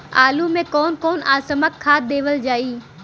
आलू मे कऊन कसमक खाद देवल जाई?